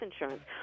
insurance